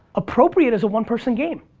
appropriate is a one-person game,